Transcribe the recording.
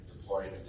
deploying